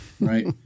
Right